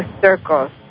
circles